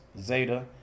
Zeta